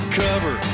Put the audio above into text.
cover